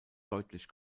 deutlich